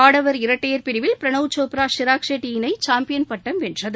ஆடவர் இரட்டையர் பிரிவில் பிரணாவ் சோப்ரா ஷிராக் செட்டி இணை சாம்பியன் பட்டம் வென்றது